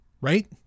right